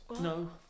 No